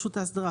האסדרה.